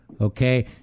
okay